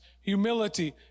humility